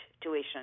tuition